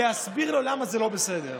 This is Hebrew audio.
להסביר לו למה זה לא בסדר.